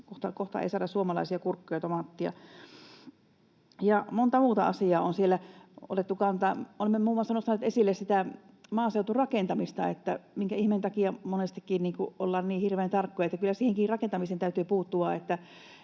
Kohta ei saada suomalaisia kurkkuja ja tomaatteja. Ja moneen muuhun asiaan on siellä otettu kantaa. Olemme muun muassa nostaneet esille maaseuturakentamista, että minkä ihmeen takia monestikin ollaan niin hirveän tarkkoja. Kyllä siihen rakentamiseenkin täytyy puuttua,